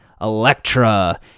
Electra